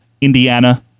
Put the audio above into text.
Indiana